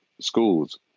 schools